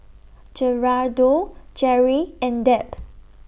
Gerardo Gerry and Deb